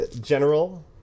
general